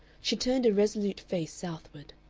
she turned a resolute face southward.